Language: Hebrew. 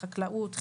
חקלאות,